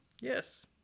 Yes